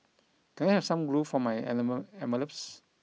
can I have some glue for my animal envelopes